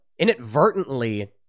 inadvertently